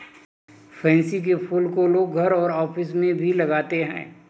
pansy के फूल को लोग घर और ऑफिस में भी लगाते है